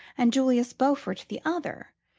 and julius beaufort the other,